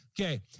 Okay